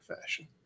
fashion